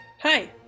Hi